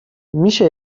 میشه